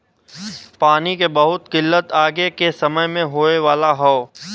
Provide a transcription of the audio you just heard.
पानी के बहुत किल्लत आगे के समय में होए वाला हौ